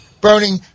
burning